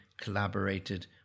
collaborated